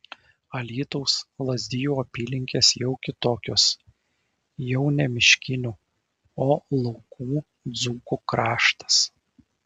alytaus lazdijų apylinkės jau kitokios jau ne miškinių o laukų dzūkų kraštas